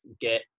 get